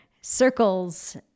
Circles